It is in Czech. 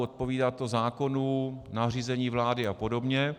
Odpovídá to zákonům, nařízení vlády a podobně.